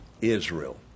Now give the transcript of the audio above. Israel